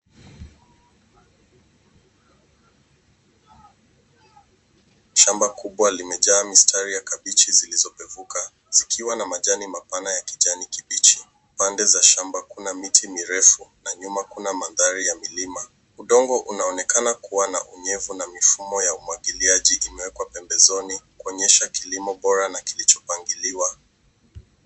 Shamba kubwa limejaa mistari ya kabichi zilizopevuka. Zikiwa na majani mapana ya kijani kibichi. Pande za shamba kuna miti mirefu na nyuma kuna mandhari ya milima. Udongo unaonekana kuwa na unyevu na mifumo ya umwagiliaji imewekwa pembezoni kuonyesha kilimo bora na kilichopangiliwa.